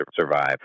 survive